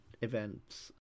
events